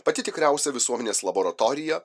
pati tikriausia visuomenės laboratorija